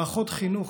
מערכות חינוך,